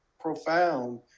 profound